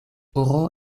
oro